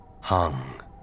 hung